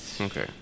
Okay